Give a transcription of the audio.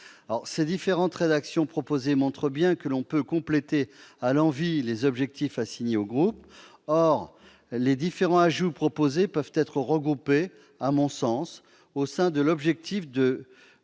Ces différentes propositions de rédaction montrent bien que l'on peut compléter à l'envi les objectifs assignés au groupe. Or les différents ajouts proposés peuvent être regroupés, à mon sens, au sein de l'objectif de